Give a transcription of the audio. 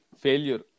failure